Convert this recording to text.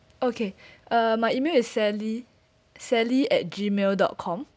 okay uh my email is sally sally at G mail dot com